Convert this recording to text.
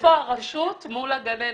איפה הרשות מול הגננת?